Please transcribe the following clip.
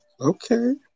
Okay